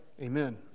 Amen